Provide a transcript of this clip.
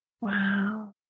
Wow